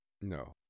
No